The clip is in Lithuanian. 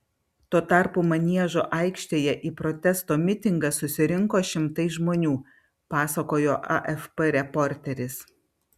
tuo tarpu maniežo aikštėje į protesto mitingą susirinko šimtai žmonių pasakojo afp reporteris